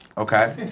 Okay